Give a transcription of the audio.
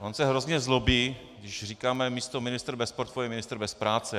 On se hrozně zlobí, když říkáme místo ministr bez portfeje ministr bez práce.